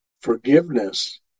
forgiveness